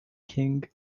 king